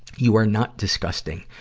you are not disgusting.